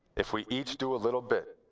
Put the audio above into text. if we each do a little bit,